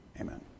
Amen